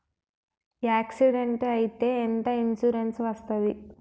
Accident అయితే ఎంత insurance వస్తది?